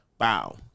Wow